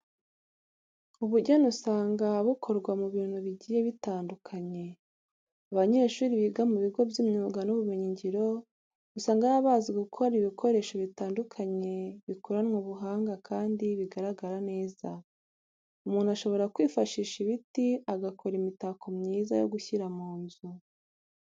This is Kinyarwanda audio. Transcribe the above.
Ubugeni usanga bukorwa mu bintu bigiye bitandukanye. Abanyeshuri biga mu bigo by'imyuga n'ubumenyingiro usanga baba bazi gukora ibikoresho bitandukanye bikoranwe ubuhanga kandi bigaragara neza. Umuntu ashobora kwifashisha ibiti agakora imitako myiza yo gushyira mu nzu.